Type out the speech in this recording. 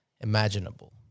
imaginable